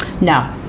No